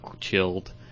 chilled